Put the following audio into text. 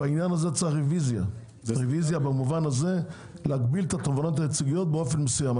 בעניין הזה צריך רוויזיה; להגביל את התובענות הייצוגיות באופן מסוים.